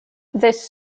this